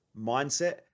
mindset